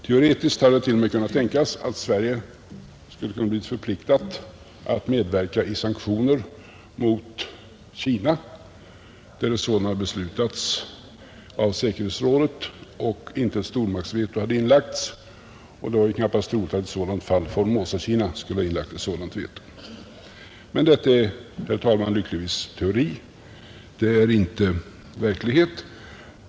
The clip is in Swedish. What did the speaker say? Teoretiskt hade det t.o.m. kunnat tänkas att Sverige skulle ha kunnat bli förpliktat att medverka i sanktioner mot Kina, därest sådana beslutats av säkerhetsrådet och intet stormaktsveto hade inlagts. Det var väl knappast troligt att i ett sådant fall Formosa-Kina skulle ha inlagt ett sådant veto. Men detta är, herr talman, lyckligtvis teori och inte verklighet.